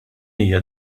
hija